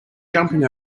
jumping